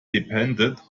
dependent